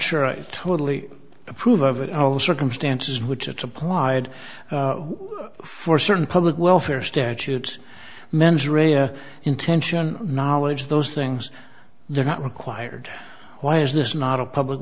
sure i totally approve of it all circumstances which applied for certain public welfare statutes mens rea intention knowledge those things they're not required why is this not a public